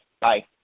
Bye